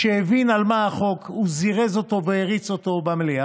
כשהוא הבין על מה החוק הוא זירז אותו והריץ אותו במליאה.